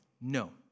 No